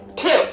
Two